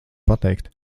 pateikt